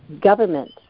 government